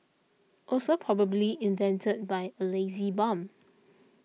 also probably invented by a lazy bum